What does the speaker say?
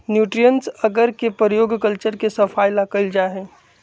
nutrients अगर के प्रयोग कल्चर के सफाई ला कइल जाहई